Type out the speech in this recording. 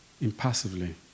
impassively